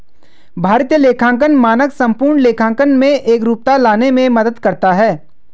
भारतीय लेखांकन मानक संपूर्ण लेखांकन में एकरूपता लाने में मदद करता है